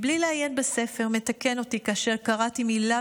ובלי לעיין בספר מתקן אותי כאשר קראתי מילה